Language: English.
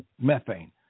methane